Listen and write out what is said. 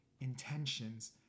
intentions